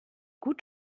gut